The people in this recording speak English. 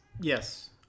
yes